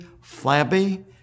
flabby